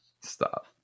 Stop